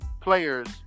players